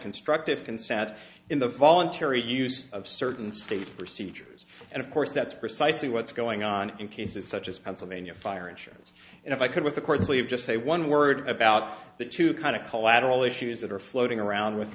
constructive can sat in the voluntary use of certain state procedures and of course that's precisely what's going on in cases such as pennsylvania fire insurance and if i could with the courts will you just say one word about that to kind of collateral issues that are floating around with